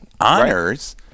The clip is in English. honors